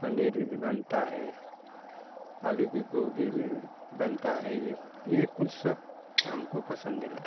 पनीर भी भी बनता है आलू की गोभी में बनता है यह यह कुल सब हमको पसंद लगता है